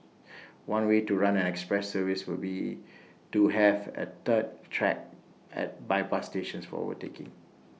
one way to run an express service would be to have A third track at bypass stations for overtaking